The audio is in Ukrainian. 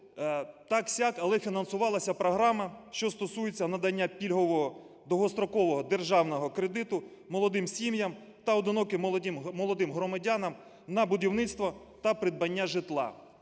так-сяк, але фінансувалася програма, що стосується надання пільгового довгострокового державного кредиту молодим сім'ям та одиноким молодим громадянам на будівництво та придбання житла.